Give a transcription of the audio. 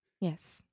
Yes